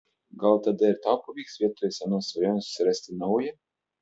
gal tada ir tau pavyks vietoj senos svajonės susirasti naują